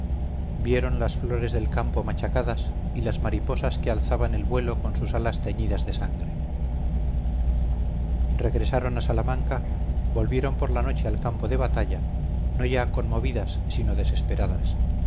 vieron las flores del campo machacadas y las mariposas que alzaban el vuelo con sus alas teñidas de sangre regresaron a salamanca volvieron por la noche al campo de batalla no ya conmovidas sino desesperadas